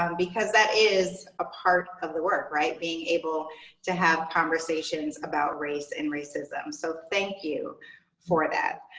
um because that is a part of the work right? being able to have conversations about race and racism. so thank you for that.